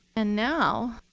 and now